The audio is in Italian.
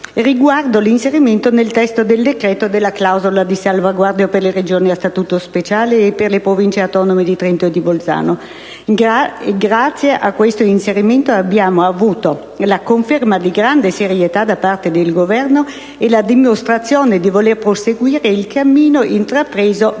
riguardo all'inserimento nel testo del decreto della clausola di salvaguardia per le Regioni a statuto speciale e per le Province autonome di Trento e di Bolzano. Grazie a questo inserimento abbiamo avuto la conferma di una grande serietà da parte del Governo e la dimostrazione di voler proseguire nel cammino intrapreso verso